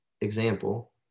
example